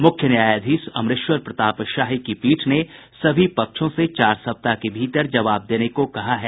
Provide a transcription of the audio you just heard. मुख्य न्यायाधीश अमरेश्वर प्रताप शाही की पीठ ने सभी पक्षों से चार सप्ताह के भीतर जवाब देने को कहा है